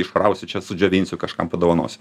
išrausiu čia sudžiovinsiu kažkam padovanosiu